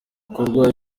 bikorwa